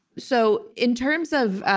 so in terms of